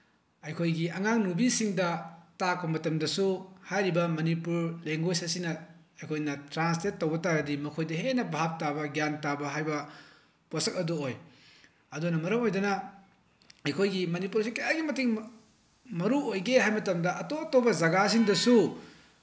ꯑꯩꯈꯣꯏꯒꯤ ꯑꯉꯥꯡ ꯅꯨꯄꯤꯁꯤꯡ ꯇꯥꯛꯄ ꯃꯇꯝꯗꯁꯨ ꯍꯥꯏꯔꯤꯕ ꯃꯅꯤꯄꯨꯔ ꯂꯦꯡꯒ꯭ꯋꯦꯁ ꯑꯁꯤꯅ ꯑꯩꯈꯣꯏꯅ ꯇ꯭ꯔꯥꯟꯁꯂꯦꯠ ꯇꯧꯕ ꯇꯥꯔꯗꯤ ꯃꯈꯣꯏꯗ ꯍꯦꯟꯅ ꯚꯥꯞ ꯇꯥꯕ ꯒ꯭ꯌꯥꯟ ꯇꯥꯕ ꯍꯥꯏꯕ ꯄꯣꯠꯁꯛ ꯑꯗꯨ ꯑꯣꯏ ꯑꯗꯨꯅ ꯃꯔꯝ ꯑꯣꯏꯗꯨꯅ ꯑꯩꯈꯣꯏꯒꯤ ꯃꯅꯤꯄꯨꯔꯁꯤ ꯀꯌꯥꯒꯤ ꯃꯇꯤꯛ ꯃꯔꯨꯑꯣꯏꯒꯦ ꯍꯥꯏꯕ ꯃꯇꯝꯗ ꯑꯇꯣꯞ ꯑꯇꯣꯞꯄ ꯖꯒꯥꯁꯤꯡꯗꯁꯨ